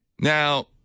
Now